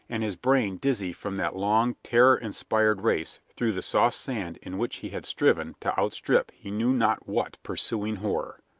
and his brain dizzy from that long, terror-inspired race through the soft sand in which he had striven to outstrip he knew not what pursuing horror.